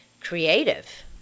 creative